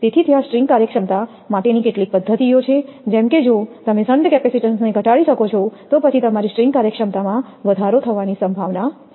તેથી ત્યાં સ્ટ્રિંગ કાર્યક્ષમતા માટેની કેટલીક પદ્ધતિઓ છે જેમ કે જો તમે શન્ટ કેપેસિટેન્સને ઘટાડી શકો છો તો પછી તમારી સ્ટ્રિંગ કાર્યક્ષમતામાં વધારો થવાની સંભાવના છે